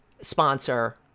sponsor